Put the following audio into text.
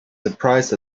surprised